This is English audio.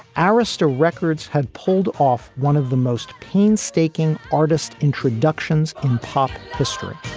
arista records had pulled off one of the most painstaking artist introductions in pop history.